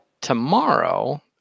Tomorrow